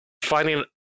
finding